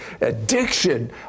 addiction